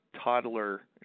toddler